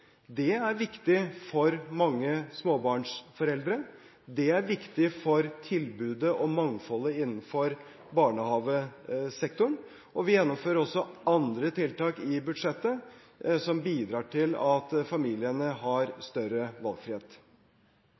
Det er viktig for mange småbarnsforeldre, og det er viktig for tilbudet og mangfoldet innenfor barnehagesektoren. Vi gjennomfører også andre tiltak i budsjettet som bidrar til at familiene har større valgfrihet.